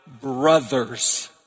brothers